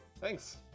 Thanks